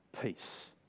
peace